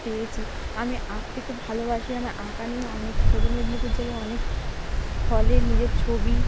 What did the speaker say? পেয়েছি আমি আঁকতে খুব ভালোবাসি আমি আঁকা নিয়ে অনেক পূর্ব মেদিনীপুর জেলায় অনেক হলে নিজের ছবি